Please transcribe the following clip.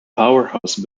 powerhouse